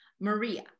Maria